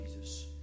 Jesus